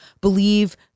believe